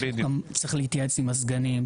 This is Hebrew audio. צריך להתייעץ עם הסגנים,